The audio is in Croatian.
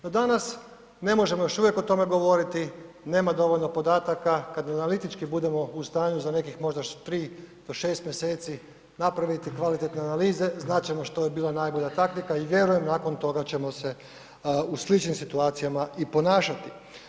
No danas ne možemo još uvijek o tome govoriti, nema dovoljno podataka, kada analitički budemo u stanju za nekih možda 3 do 6 mjeseci napraviti kvalitetne analize znat ćemo što je bila najbolja taktika i vjerujem nakon toga ćemo se u sličnim situacijama i ponašati.